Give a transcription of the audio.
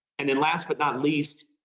and then last but not least,